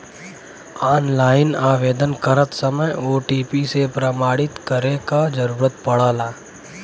online आवेदन करत समय ओ.टी.पी से प्रमाणित करे क जरुरत पड़ला